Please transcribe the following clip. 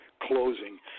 closing